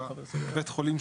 שבית החולים,